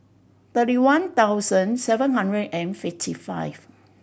thirty one thousand seven hundred and fifty five